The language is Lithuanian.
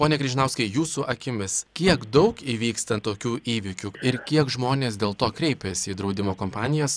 pone križinauskai jūsų akimis kiek daug įvyksta tokių įvykių ir kiek žmonės dėl to kreipiasi į draudimo kompanijas